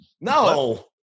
No